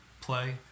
play